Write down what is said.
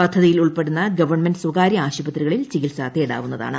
പദ്ധതിയിൽ ഉൾപ്പെടുന്ന ഗവൺമെന്റ് സ്വകാര്യ ആശുപത്രികളിൽ ചികിത്സ തേടാവുന്നതാണ്